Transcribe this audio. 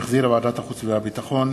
שהחזירה ועדת החוץ והביטחון,